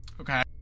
Okay